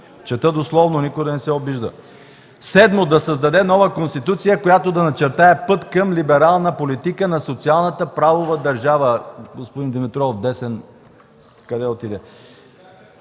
Чета дословно, никой да не обижда. „7. Да създаде нова Конституция, която да начертае път към либерална политика на социалната правова държава, ...” Господин Димитров – десен, къде отиде?